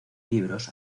libros